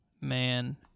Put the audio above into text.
man